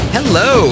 Hello